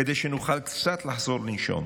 כדי שנוכל קצת לחזור לנשום,